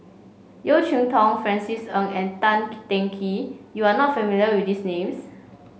Yeo Cheow Tong Francis Ng and Tank Teng Kee you are not familiar with these names